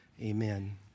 Amen